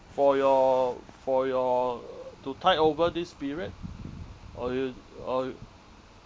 for your for your to tide over this period or you or you